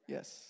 Yes